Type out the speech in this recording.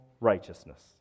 righteousness